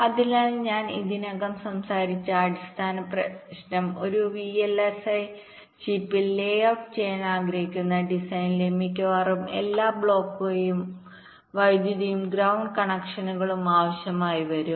അതിനാൽ ഞാൻ ഇതിനകം സംസാരിച്ച അടിസ്ഥാന പ്രശ്നം ഒരു വിഎൽഎസ്ഐ ചിപ്പിൽ ലേഔട്ട് ചെയ്യാൻ ആഗ്രഹിക്കുന്ന ഡിസൈനിലെ മിക്കവാറും എല്ലാ ബ്ലോക്കുകളും വൈദ്യുതിയും ഗ്രൌണ്ട് കണക്ഷനുകളും ആവശ്യമായി വരും